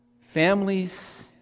families